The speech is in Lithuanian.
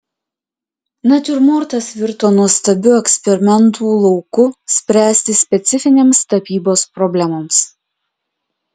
natiurmortas virto nuostabiu eksperimentų lauku spręsti specifinėms tapybos problemoms